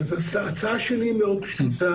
אז ההצעה שלי מאוד פשוטה,